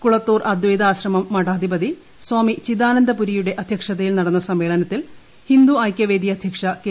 കുളത്തൂർ അദ്വൈതാശ്രമം മഠാധിപതി സ്വാമി ചിദാനന്ദപുരിയുടെ അദ്ധ്യക്ഷതയിൽ നടന്ന സമ്മേളനത്തിൽ ഹിന്ദു ഐക്യവേദി അധ്യക്ഷ കെ